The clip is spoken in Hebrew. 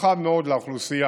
רחב מאוד לאוכלוסייה,